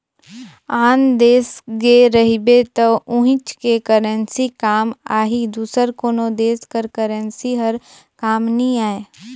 आन देस गे रहिबे त उहींच के करेंसी काम आही दूसर कोनो देस कर करेंसी हर काम नी आए